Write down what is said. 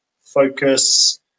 focus